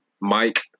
mike